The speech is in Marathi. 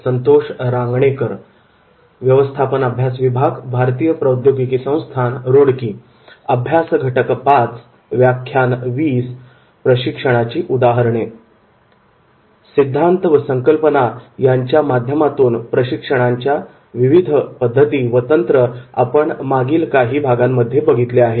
सिद्धांत व संकल्पना यांच्या माध्यमातून प्रशिक्षणाच्या विविध पद्धती व तंत्र आपण मागील काही भागांमध्ये बघितले आहे